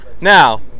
Now